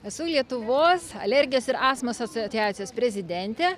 esu lietuvos alergijos ir astmos asociacijos prezidentė